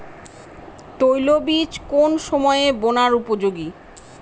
তৈলবীজ কোন সময়ে বোনার উপযোগী?